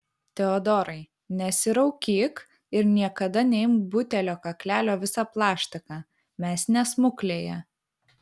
teodorai nesiraukyk ir niekada neimk butelio kaklelio visa plaštaka mes ne smuklėje